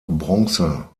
bronze